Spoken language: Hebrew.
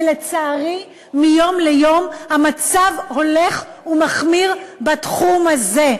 ולצערי, מיום ליום המצב הולך ומחמיר בתחום הזה.